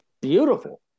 beautiful